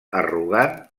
arrogant